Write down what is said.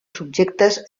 subjectes